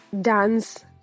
dance